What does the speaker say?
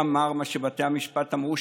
ואמר מה שבתי המשפט אמרו,